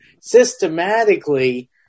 systematically